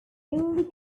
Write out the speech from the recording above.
only